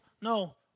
No